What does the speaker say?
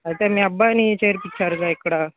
అయితే మీ అబ్బాయిని చేర్పించారుగా ఇక్కడ